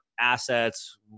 assets